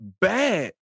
bad